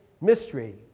mystery